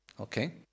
Okay